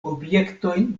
objektojn